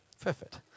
perfect